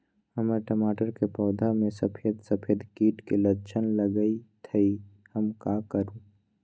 हमर टमाटर के पौधा में सफेद सफेद कीट के लक्षण लगई थई हम का करू?